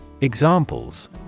Examples